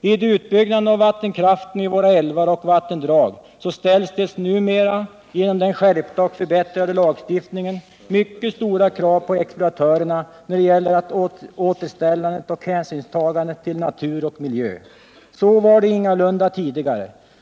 Vid utbyggnaden av vattenkraften i våra älvar och vattendrag ställs det numera genom den skärpta och förbättrade lagstiftningen mycket stora krav på exploatörerna när det gäller återställandet och hänsynstagandet till natur och miljö. Så var det ingalunda tidigare.